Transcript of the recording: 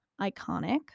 Iconic